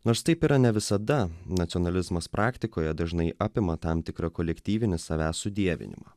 nors taip yra ne visada nacionalizmas praktikoje dažnai apima tam tikra kolektyvinį savęs sudievinimą